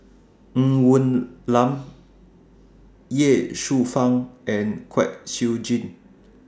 Ng Woon Lam Ye Shufang and Kwek Siew Jin